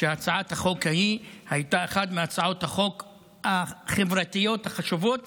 שהצעת החוק ההיא הייתה אחת מהצעות החוק החברתיות החשובות,